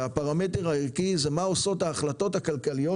והפרמטר הערכי זה מה עושות ההחלטות הכלכליות